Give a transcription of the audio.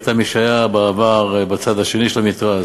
מי שהיה בעבר בצד השני של המתרס,